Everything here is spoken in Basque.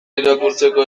irakurtzeko